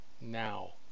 now